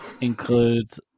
includes